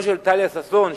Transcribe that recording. ולא של טליה ששון,